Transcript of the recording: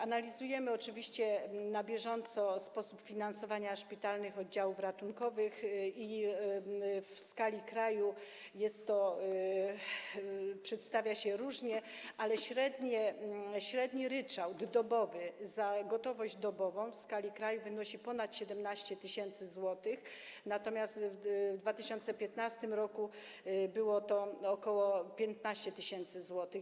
Analizujemy oczywiście na bieżąco sposób finansowania szpitalnych oddziałów ratunkowych i w skali kraju przedstawia się to różnie, ale średni ryczałt dobowy za gotowość dobową w skali kraju wynosi ponad 17 tys. zł, natomiast w 2015 r. było to ok. 15 tys. zł.